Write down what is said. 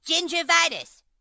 gingivitis